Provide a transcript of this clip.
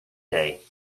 day